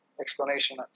explanation